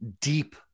deep